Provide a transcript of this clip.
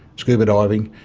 scuba diving,